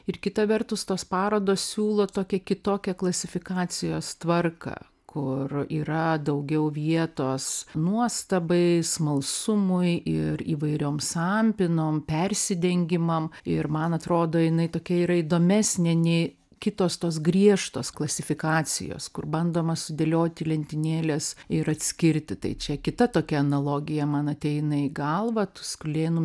ir kita vertus tos parodos siūlo tokią kitokią klasifikacijos tvarką kur yra daugiau vietos nuostabai smalsumui ir įvairiom sanpynom persidengimam ir man atrodo jinai tokia yra įdomesnė nei kitos tos griežtos klasifikacijos kur bandoma sudėlioti į lentynėles ir atskirti tai čia kita tokia analogija man ateina į galvą tuskulėnų